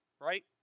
right